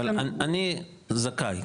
אני זכאי,